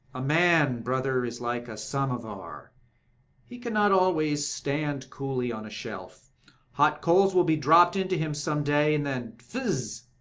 a man, brother, is like a samovar he cannot always stand coolly on a shelf hot coals will be dropped into him some day, and then fizz!